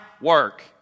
Work